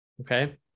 okay